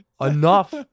enough